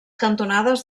cantonades